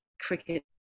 cricket